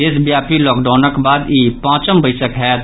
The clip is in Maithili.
देशव्यापी लॉकडाउनक बाद ई पांचम बैसक होयत